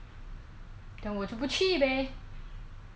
oh ya if you want travel you should go china man